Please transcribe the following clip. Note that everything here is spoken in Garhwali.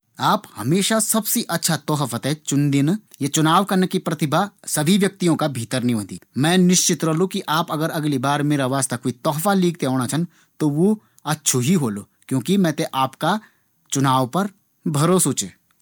आप हमेशा सबसे अच्छा तोहफा थें चुणदिन। या चुनाव करना की प्रतिभा सभी लोगों का भीतर नी होंदी। मैं निश्चित रलु की आप अगर अगली बार मेरा वास्ता कुई तोहफा लीक थें औणा छन त वू अच्छू ही होलू। क्योंकि मैं थें आपका चुनाव पर भरोषु च।